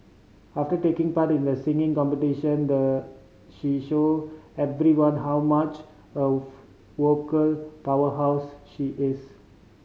after taking part in the singing competition the she showed everyone how much of vocal powerhouse she is